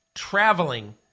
Traveling